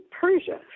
Persia